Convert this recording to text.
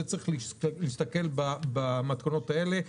צריך להסתכל במתכונות הללו.